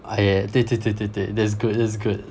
oh yeah 对对对对对 that's good that's good